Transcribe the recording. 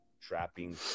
trapping